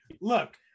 Look